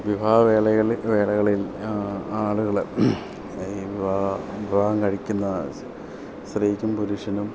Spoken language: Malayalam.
വിവാഹ വേളകൾ വേളകളിൽ ആളുകൾ ഈ വിവാഹം വിവാഹം കഴിക്കുന്ന സ്ത്രീക്കും പുരുഷനും